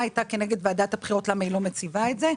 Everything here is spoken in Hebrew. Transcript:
היתה כנגד ועדת הבחירות למה היא לא מציבה את זה.